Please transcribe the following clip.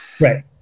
Right